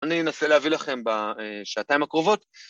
אני אנסה להביא לכם בשעתיים הקרובות.